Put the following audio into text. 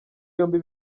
yombi